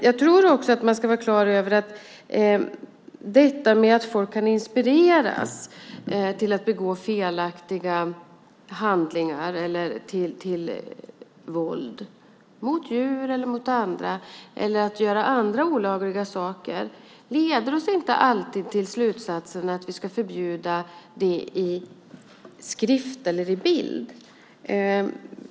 Jag tror att man ska vara klar över att det faktum att folk kan inspireras att begå felaktiga handlingar eller våld mot djur eller andra, eller till andra olagliga saker, inte alltid leder till slutsatsen att vi ska förbjuda det i skrift eller bild.